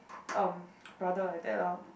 um brother like that lor